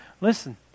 Listen